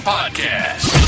Podcast